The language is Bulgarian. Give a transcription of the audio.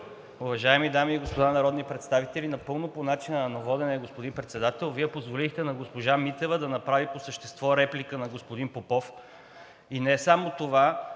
уважаеми дами и господа народни представители! Напълно е по начина на водене, господин Председател. Вие позволихте на госпожа Митева да направи по същество реплика на господин Попов, а и не само това